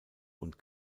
und